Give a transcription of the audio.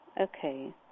Okay